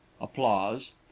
applause